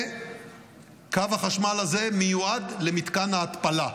קו החשמל הזה מיועד למתקן ההתפלה.